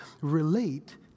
relate